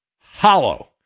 hollow